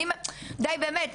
די באמת,